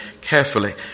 carefully